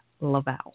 Laval